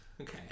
Okay